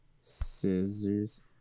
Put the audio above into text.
scissors